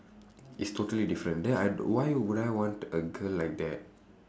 is totally different then I why would I want a girl like that